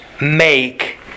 make